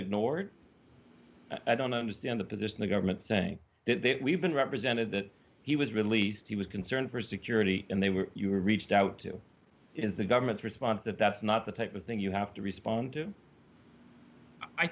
ignored i don't understand the position the government saying that that we've been represented that he was released he was concern for security and they were you were reached out to is the government's response that that's not the type of thing you have to respond to i